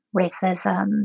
racism